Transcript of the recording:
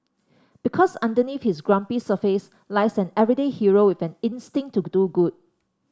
because underneath his grumpy surface lies an everyday hero with an instinct to do good